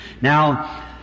Now